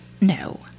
no